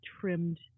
trimmed